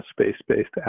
space-based